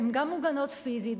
הן גם מוגנות פיזית,